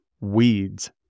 weeds